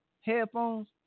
headphones